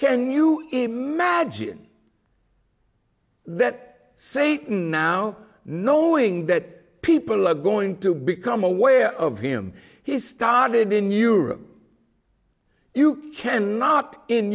can you imagine that satan now knowing that people are going to become aware of him he started in europe you can not in